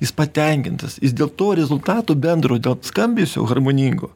jis patenkintas jis dėl to rezultato bendro dėl skambesio harmoningo